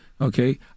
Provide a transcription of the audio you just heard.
okay